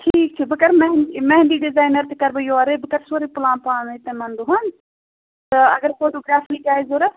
ٹھیٖک چھُ بہٕ کَرٕ میٚہِنٛدی میٛہِنٛدی ڈِزایِنَر تہِ کَرٕ بہٕ یورَے بہٕ کر سورُے پٕلان پانَے تِمَن دۄہَن تہٕ اگر فوٹوگرٛافی تہِ آسہِ ضوٚرَتھ